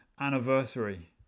anniversary